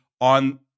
on